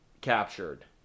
captured